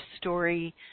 story